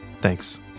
Thanks